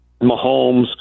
Mahomes